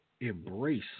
embrace